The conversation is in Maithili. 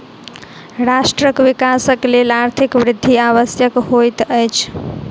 राष्ट्रक विकासक लेल आर्थिक वृद्धि आवश्यक होइत अछि